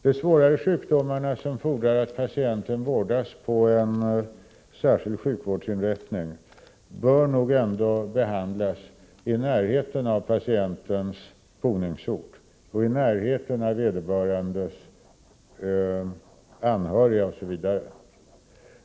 De svårare sjukdomarna som fordrar att patienten vårdas på en särskild sjukvårdsinrättning bör nog ändå behandlas i närheten av patientens boningsort och i närheten av vederbörandes anhöriga osv.